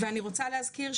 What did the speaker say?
ואני רוצה להזכיר,